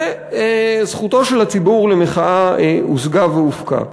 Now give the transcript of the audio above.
זכותו של הציבור למחאה הושגה והופקה.